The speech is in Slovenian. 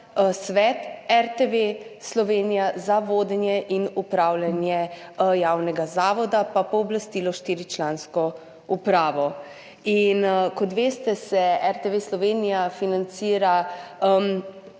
Svet RTV Slovenija, za vodenje in upravljanje javnega zavoda pa pooblastilo štiričlansko upravo. Kot veste, se RTV Slovenija financira